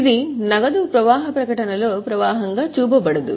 ఇది నగదు ప్రవాహ ప్రకటనలో ప్రవాహంగా చూపబడదు